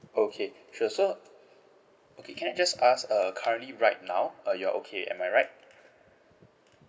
okay sure so okay can I just ask uh currently right now uh you're okay am I right